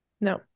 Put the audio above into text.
No